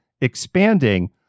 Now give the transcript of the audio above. expanding